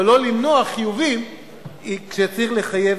אבל לא למנוע חיובים כשצריך לחייב.